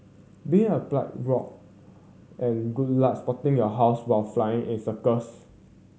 being a pilot rock and good luck spotting your house while flying in circles